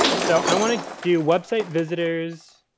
so, i want to do website visitors